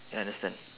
ya understand